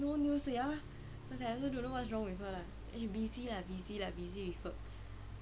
no news sia I was like I also don't know what's wrong with her lah then she busy lah busy lah busy with work